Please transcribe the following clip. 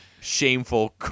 shameful